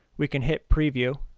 we can hit preview,